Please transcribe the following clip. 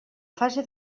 fase